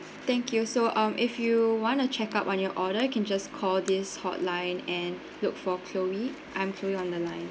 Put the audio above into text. thank you so um if you want to check up on your order you can just call this hotline and look for chloe I'm chloe on the line